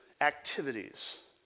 activities